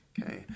Okay